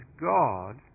God